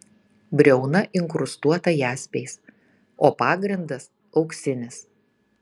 briauna inkrustuota jaspiais o pagrindas auksinis